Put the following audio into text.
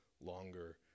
longer